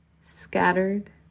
scattered